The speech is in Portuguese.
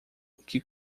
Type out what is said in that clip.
que